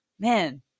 Man